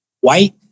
White